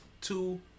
two